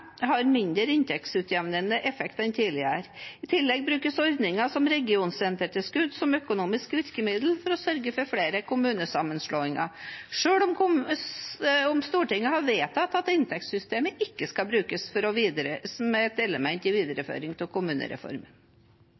har mindre inntektsutjevnende effekt enn tidligere. I tillegg brukes ordninger som regionsentertilskudd som økonomisk virkemiddel for å sørge for flere kommunesammenslåinger, selv om Stortinget har vedtatt at inntektssystemet ikke skal brukes som et element i videreføring av kommunereformen.